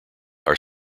are